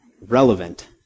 relevant